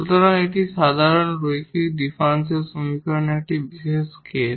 সুতরাং এটি সাধারণ লিনিয়ার ডিফারেনশিয়াল সমীকরণের একটি বিশেষ কেস